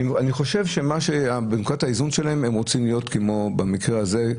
אני חושב שבנקודת האיזון הם רוצים להיות במקרה הזה,